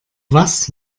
was